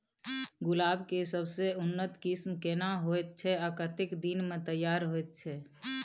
गुलाब के सबसे उन्नत किस्म केना होयत छै आ कतेक दिन में तैयार होयत छै?